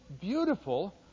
beautiful